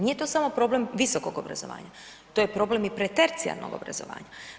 Nije to samo problem visokog obrazovanja, to je problem i predtercijalnog obrazovanja.